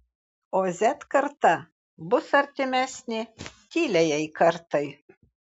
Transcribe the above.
o z karta bus artimesnė tyliajai kartai